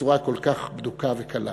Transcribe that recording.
בצורה כל כך בדוקה וקלה.